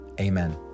Amen